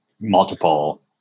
multiple